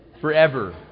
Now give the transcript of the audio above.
forever